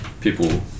people